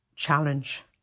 challenge